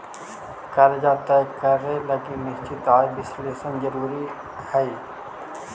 कर्जा तय करे लगी निश्चित आय विश्लेषण जरुरी हई